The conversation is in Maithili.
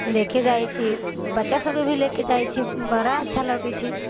देखय जाइत छी बच्चासभके भी लऽ कऽ जाइत छी बड़ा अच्छा लगैत छै